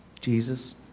Jesus